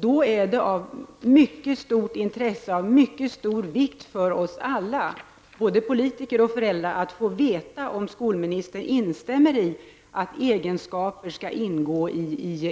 Det är då av mycket stor vikt för oss alla, både politiker och föräldrar, att få veta om skolministern instämmer i att